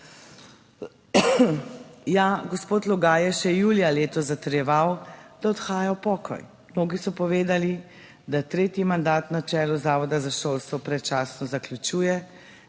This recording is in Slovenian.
Ja, gospod Logaj je še julija letos zatrjeval, da odhaja v pokoj. Mnogi so povedali, da tretji mandat na čelu Zavoda za šolstvo predčasno zaključuje,